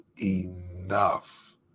enough